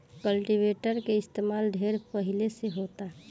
cultivator के इस्तमाल ढेरे पहिले से होता